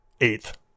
eighth